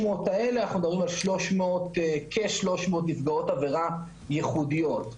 אנחנו מדברים על כ-300 נפגעות עבירה ייחודיות.